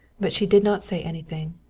but she did not say anything.